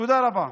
מהמובילים,